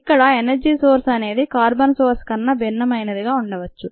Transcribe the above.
ఇక్కడ energy source అనేది carbon source కన్నా భిన్నమైనదిగా ఉండవచ్చు